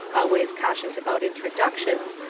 always cautious about introduc tions,